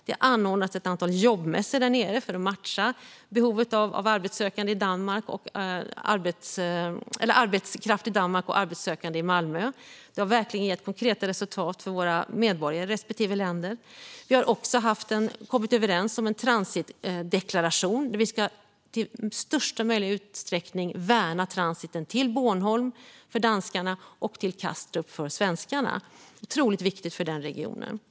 Det har anordnats ett antal jobbmässor där nere för att matcha behovet av arbetskraft i Danmark och arbetssökande i Malmö. Det har verkligen gett konkreta resultat för våra medborgare i respektive länder. Vi har också kommit överens om en transitdeklaration. Vi ska i största möjliga utsträckning värna transiten till Bornholm för danskarna och till Kastrup för svenskarna. Det är otroligt viktigt för den regionen.